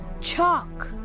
chalk